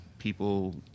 people